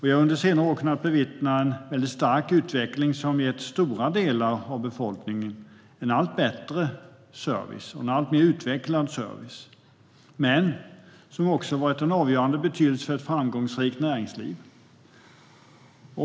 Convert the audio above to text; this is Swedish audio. Vi har under senare år kunnat bevittna en mycket stark utveckling som gett stora delar av befolkningen en allt bättre och alltmer utvecklad service men som också varit av avgörande betydelse för ett framgångsrikt näringsliv.